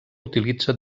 utilitza